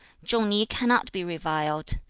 chung-ni cannot be reviled.